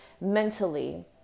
mentally